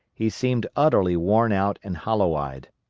he seemed utterly worn out and hollow-eyed.